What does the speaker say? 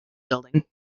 building